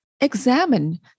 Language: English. examine